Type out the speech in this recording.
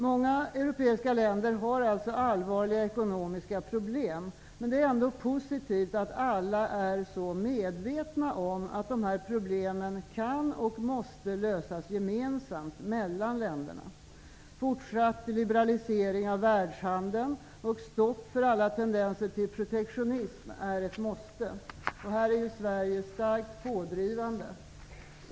Många europeiska länder har alltså allvarliga ekonomiska problem, men det är ändå positivt att alla är så medvetna om att dessa problem kan och måste lösas gemensamt mellan länderna. Fortsatt liberalisering av världshandeln och stopp för alla tendenser till protektionism är ett måste. Här är Sverige starkt pådrivande.